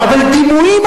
חבר הכנסת